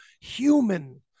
human